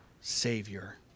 Savior